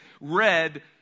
read